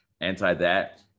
anti-that